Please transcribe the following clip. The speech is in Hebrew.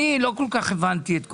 אני לא כל כך הבנתי את כל,